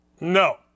No